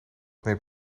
neemt